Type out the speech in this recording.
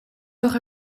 zag